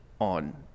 on